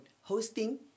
hosting